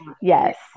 yes